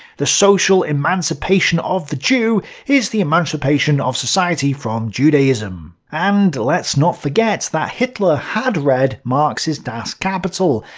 the social emancipation of the jew is the emancipation of society from judaism. and let's not forget that hitler had read marx's das kapital,